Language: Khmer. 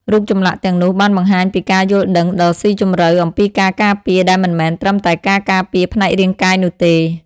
រូបចម្លាក់ទាំងនោះបានបង្ហាញពីការយល់ដឹងដ៏ស៊ីជម្រៅអំពីការការពារដែលមិនមែនត្រឹមតែការការពារផ្នែករាងកាយនោះទេ។